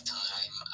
time